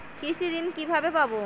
কৃষি ঋন কিভাবে পাব?